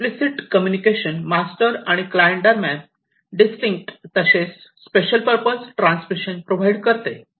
implicit communication master आणि client दरम्यान distinct तसेच स्पेशल पर्पज ट्रान्समिशन प्रोव्हाइड करते